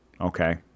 Okay